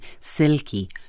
silky